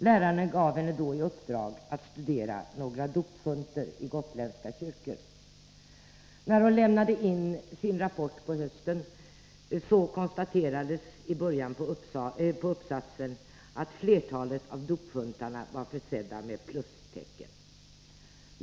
Läraren hade då givit henne i uppdrag att studera några dopfunter i gotländska kyrkor. Hon lämnade in sin rapport på hösten. Hon konstaterade i början av den att flertalet av dopfunterna var försedda med plustecken.